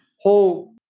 whole